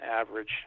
average